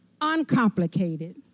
uncomplicated